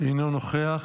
אינו נוכח.